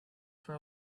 for